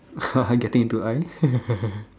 getting into A_I